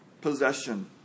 possession